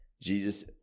jesus